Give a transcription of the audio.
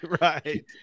Right